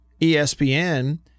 ESPN